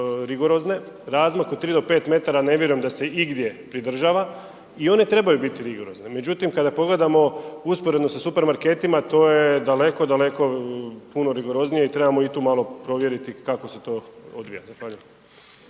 razmak od 3 do 5 metara ne vjerujem da se igdje pridržava i one trebaju biti rigorozne, međutim kada pogledamo usporedno sa supermarketima to je daleko, daleko puno rigoroznije i trebamo i tu malo provjeriti kako se to odvija.